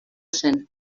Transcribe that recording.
zen